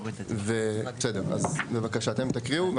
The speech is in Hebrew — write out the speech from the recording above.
בסדר אז בבקשה אתם תקריאו,